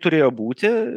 turėjo būti